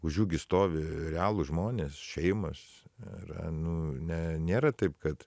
už jų gį stovi realūs žmonės šeimos ir nu ne nėra taip kad